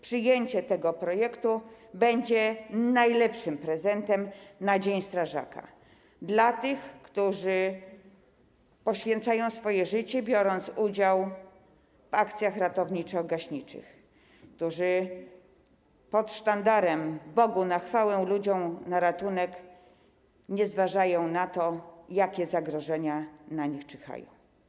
Przyjęcie tego projektu będzie najlepszym prezentem z okazji Międzynarodowego Dnia Strażaka dla tych, którzy poświęcają swoje życie, biorąc udział w akcjach ratowniczo-gaśniczych, którzy pod sztandarem: Bogu na chwałę, ludziom na ratunek nie zważają na to, jakie zagrożenia na nich czyhają.